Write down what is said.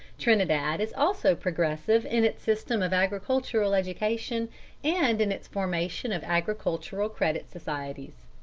trinidad is also progressive in its system of agricultural education and in its formation of agricultural credit societies.